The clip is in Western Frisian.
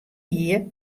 hie